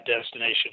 destination